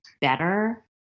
better